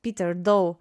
piter dou